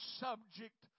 subject